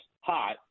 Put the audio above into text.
hot